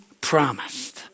promised